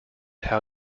how